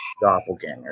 doppelganger